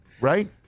Right